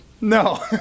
No